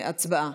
הצבעה.